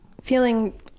feeling